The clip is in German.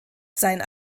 sein